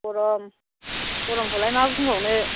गरम गरमखौलाय मा बुंबावनो